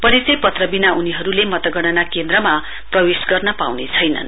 परिचय पत्र विना उनीहरूले मतगणना केन्द्रमा प्रवेश गर्न पाउने छैनन्